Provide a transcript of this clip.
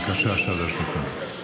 בבקשה, שלוש דקות.